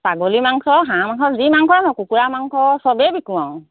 ছাগলী মাংস হাঁহ মাংস যি মাংস আছে কুকুৰা মাংস চবেই বিকোঁ আৰু